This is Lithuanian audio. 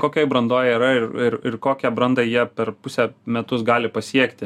kokioj brandoj yra ir ir kokią brandą jie per pusę metus gali pasiekti